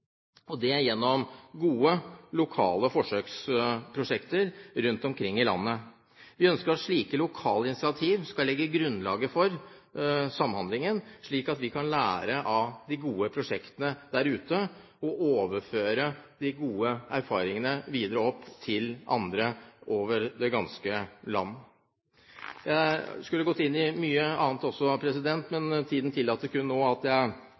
nedenfra og opp, gjennom gode lokale forsøksprosjekter rundt omkring i landet. Vi ønsker at slike lokale initiativ skal legge grunnlaget for samhandlingen, slik at vi kan lære av de gode prosjektene der ute og overføre de gode erfaringene videre opp til andre over det ganske land. Jeg skulle gått inn i mye annet også, men tiden tillater kun nå at jeg